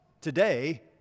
today